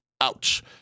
Ouch